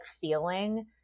feeling